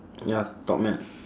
ya topman